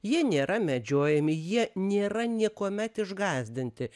jie nėra medžiojami jie nėra niekuomet išgąsdinti